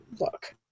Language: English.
look